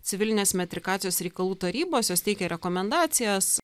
civilinės metrikacijos reikalų tarybos jos teikė rekomendacijas